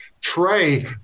Trey